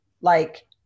like-